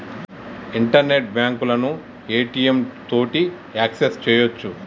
internet బాంకులను ATM తోటి access సెయ్యొచ్చు